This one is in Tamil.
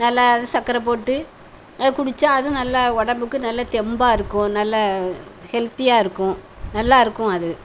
நல்லா சக்கரை போட்டு குடித்தா அதுவும் நல்லா உடம்புக்கு நல்ல தெம்பாக இருக்கும் நல்ல ஹெல்த்தியாக இருக்கும் நல்லா இருக்கும் அது